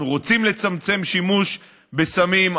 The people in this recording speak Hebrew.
אנחנו רוצים לצמצם שימוש בסמים,